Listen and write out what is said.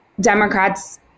Democrats